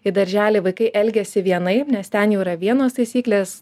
į darželį vaikai elgiasi vienaip nes ten jau yra vienos taisyklės